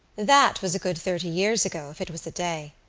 that was a good thirty years ago if it was a day.